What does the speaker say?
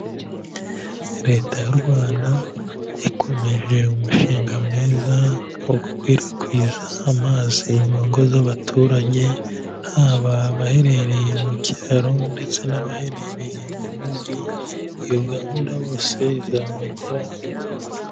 Leta y'u Rwanda ikomeje umushinga mwiza wo gukwirakwiza amazi mu ngo z'abaturage, haba baherereye mu cyaro ndetse n'abaherereye mu mujyi, iyo gahunda bose izabageraho.